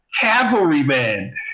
cavalryman